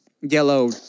yellow